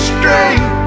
straight